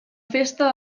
festa